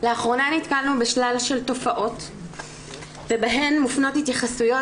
לאחרונה נתקלנו בשלל תופעות ובהן מופנות התייחסויות